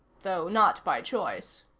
though not by choice.